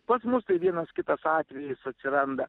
pas mus tai vienas kitas atvejis atsiranda